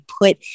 put